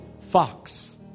Fox